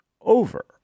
over